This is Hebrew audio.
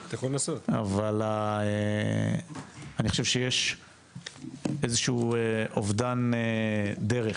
אבל אני חושב שיש איזשהו אובדן דרך,